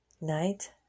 night